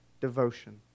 devotion